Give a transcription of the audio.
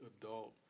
adult